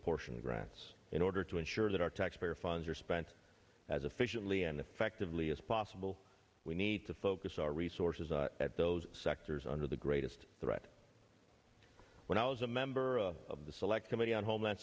apportion grants in order to ensure that our taxpayer funds are spent as efficiently and effectively as possible we need to focus our resources at those sectors under the greatest threat when i was a member of the select committee on homeland